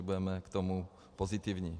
Budeme k tomu pozitivní.